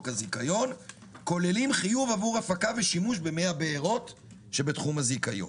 הזיכיון כוללים חיוב עבור הפקה ושימוש במי הבארות שבתחום הזיכיון.